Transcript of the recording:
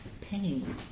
pain